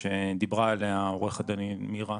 שדיברה עליה עורכת הדין מירה,